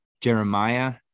Jeremiah